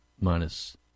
minus